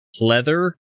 leather